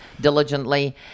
diligently